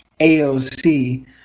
AOC